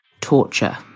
torture